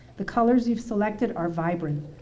the colors you've selected are vibrant,